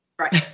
Right